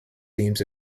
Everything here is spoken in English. themes